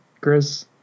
Chris